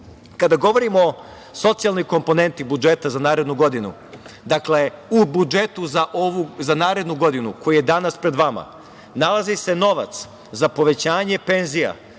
govorimo o socijalnoj komponenti budžeta za narednu godinu. Dakle, u budžetu za narednu godinu koji je danas pred vama, nalazi se novac za povećanje penzija